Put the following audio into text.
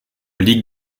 ligue